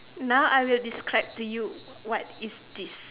now I will describe to you what is this